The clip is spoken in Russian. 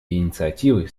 инициативы